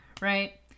Right